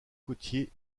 côtiers